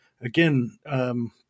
again